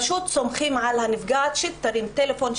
פשוט סומכים על הנפגעת שתרים טלפון,